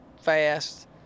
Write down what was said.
fast